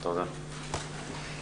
הישיבה נעולה.